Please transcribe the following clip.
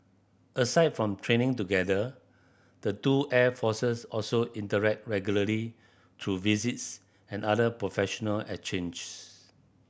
aside from training together the two air forces also interact regularly through visits and other professional exchanges